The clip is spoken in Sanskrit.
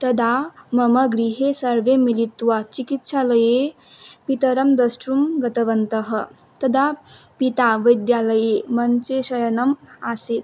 तदा मम गृहे सर्वे मिलित्वा चिकित्सालये पितरं द्रष्टुं गतवन्तः तदा पिता वैद्यालयमञ्चे शयनम् आसीत्